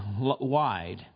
wide